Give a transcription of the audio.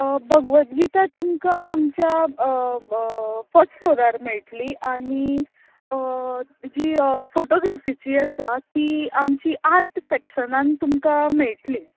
भगवद गिता तुमकां आमच्या फस्ट फ्लॉरार मेळटली आनी जी फॉटोग्राफिचीं आसा ती आमची आर्ट सॅक्शनांत तुमकां मेळटलीं